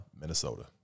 Minnesota